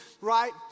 right